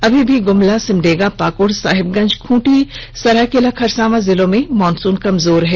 अभी भी गुमला सिमडेगा पाकुड़ साहिबगंज खूंटी सरायकेला खरसावां जिलों में मॉनसून कमजोर है